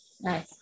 Nice